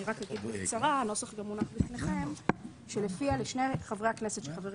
אני רק אגיד בקצרה שלפיה לשני חברי הכנסת שחברים